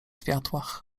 światłach